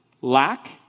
lack